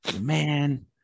Man